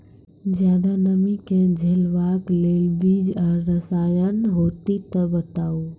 ज्यादा नमी के झेलवाक लेल बीज आर रसायन होति तऽ बताऊ?